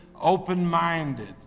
open-minded